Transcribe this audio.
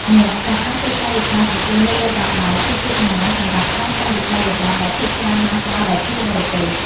អ្នកក៏អាចធ្វើកាយវិការសរសេរនៅលើបាតដៃ គឺជាសញ្ញាសម្រាប់ការសុំវិក្កយបត្រដែលភាគច្រើនបានប្រើដោយភ្ញៀវបរទេស។